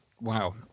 Wow